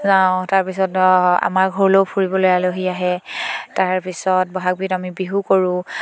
যাওঁ তাৰপিছত আমাৰ ঘৰলৈও ফুৰিবলৈ আলহী আহে তাৰপিছত বহাগ বিহুত আমি বিহু কৰোঁ